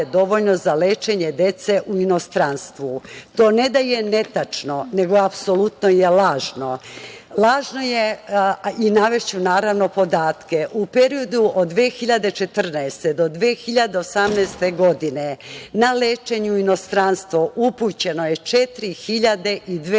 dovoljno za lečenje dece u inostranstvu. To ne da je netačno, nego apsolutno je lažno. Lažno je i navešću, naravno, podatke.U periodu od 2014. godine do 2018. godine na lečenje u inostranstvo upućeno je 4.200